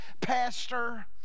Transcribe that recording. Pastor